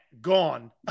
gone